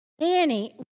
annie